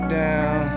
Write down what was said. down